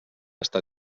està